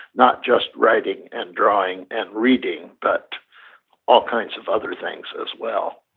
not just writing and drawing and reading, but all kinds of other things, as well,